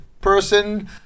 person